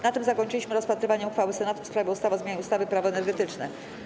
Na tym zakończyliśmy rozpatrywanie uchwały Senatu w sprawie ustawy o zmianie ustawy - Prawo energetyczne.